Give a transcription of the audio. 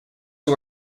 who